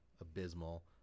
abysmal